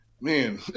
man